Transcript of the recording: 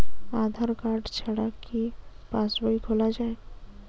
আধার card ছাড়া কি passbook খোলা যায়?